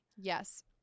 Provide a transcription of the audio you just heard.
yes